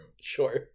Sure